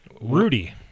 Rudy